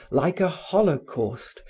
like a holocaust,